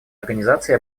организации